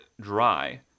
dry